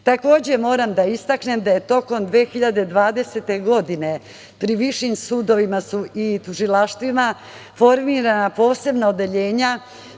evra. Takođe moram da istaknem da je tokom 2020. godine pri višim sudovima i tužilaštvima su formirana posebna odeljenja